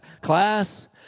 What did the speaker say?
class